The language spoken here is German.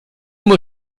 muss